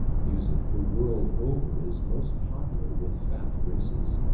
music the world over is most popular with fat races.